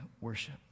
worship